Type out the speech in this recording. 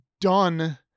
done